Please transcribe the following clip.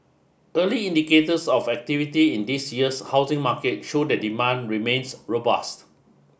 early indicators of activity in this year's housing market show that demand remains robust